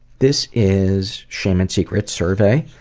this is shame and secrets survey.